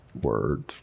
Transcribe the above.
word